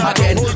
Again